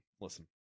listen